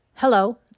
Hello